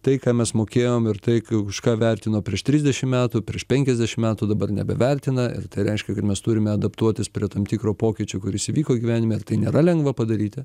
tai ką mes mokėjom ir tai už ką vertino prieš trisdešim metų prieš penkiasdešim metų dabar nebevertina ir tai reiškia kad mes turime adaptuotis prie tam tikro pokyčio kuris įvyko gyvenime ir tai nėra lengva padaryti